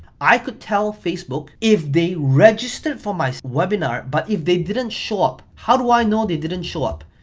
i could tell facebook, if they registered for my webinar, but if they didn't show up, how do i know they didn't show up?